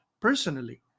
Personally